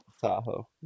Tahoe